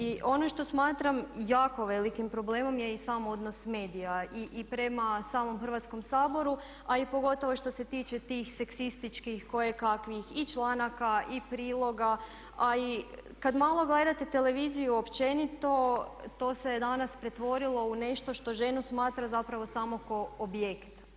I ono što smatram jako velikim problemom je i sam odnos medija i prema samom Hrvatskom saboru, a i pogotovo što se tiče tih seksističkih kojekakvih i članaka i priloga a i kad malo gledate televiziju općenito to se danas pretvorilo u nešto što ženu smatra zapravo samo kao objekt.